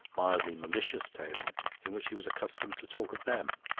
mildly malicious tone in which he was accustomed to talk of them.